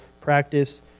practice